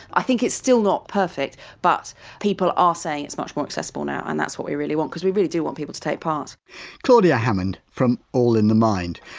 i think it's still not perfect but people are saying it's much more accessible now and that's what we really want because we really do want people to take part claudia hammond from all in the mind.